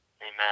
Amen